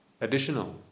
additional